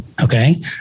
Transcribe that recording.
okay